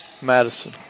Madison